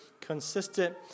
consistent